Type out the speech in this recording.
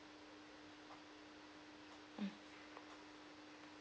mm